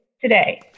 today